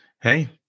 Hey